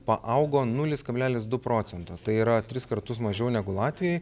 paaugo nulis kablelis du procento tai yra tris kartus mažiau negu latvijoj